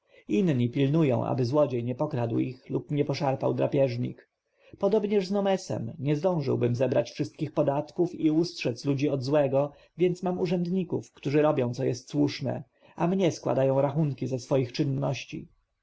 inni pilnują aby złodziej nie pokradł ich lub nie poszarpał drapieżnik podobnież z nomesem nie zdążyłbym zebrać wszystkich podatków i ustrzec ludzi od złego więc mam urzędników którzy robią co jest słuszne a mnie składają rachunki ze swoich czynności